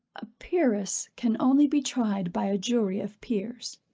a peeress can only be tried by a jury of peers.